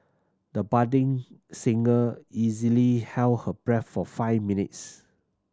the budding singer easily held her breath for five minutes